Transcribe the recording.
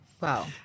Wow